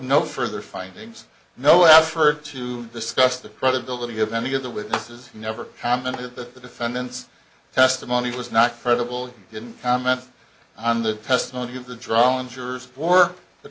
no further findings no effort to discuss the credibility of any of the witnesses never commented that the defendant's testimony was not credible didn't comment on the testimony of the draw injuries for the